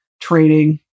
training